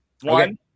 One